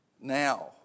now